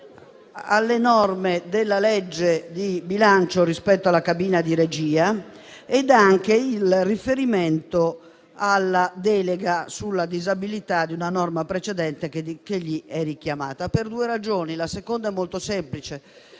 alle norme della legge di bilancio rispetto alla cabina di regia ed anche il riferimento alla delega sulla disabilità contenuta in una norma precedente che viene richiamata. Questo per due ragioni, la seconda delle quali